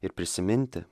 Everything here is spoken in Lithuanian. ir prisiminti